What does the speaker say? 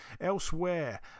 Elsewhere